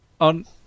On